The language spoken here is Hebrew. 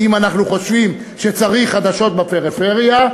כי אם אנחנו חושבים שצריך חדשות בפריפריה,